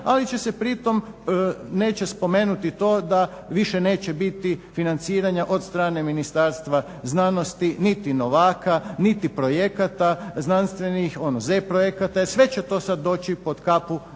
ali će se pritom, neće spomenuti to da više neće biti financiranja od strane Ministarstva znanosti, niti novaka, niti projekata znanstvenih, ono z projekata. Sve će to sad doći pod kapu